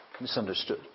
misunderstood